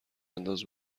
انداز